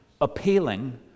appealing